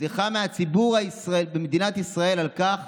סליחה מהציבור במדינת ישראל על כך